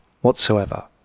whatsoever